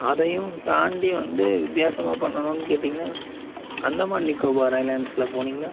அதையும் தாண்டி வந்து வித்தியாசமாக பண்ணணும்னு கேட்டீங்கன்னால் அந்தமான் நிக்கோபார் ஐலேண்ட்ஸில் போனீங்கன்னால்